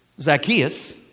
Zacchaeus